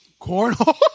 Cornhole